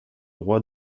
roi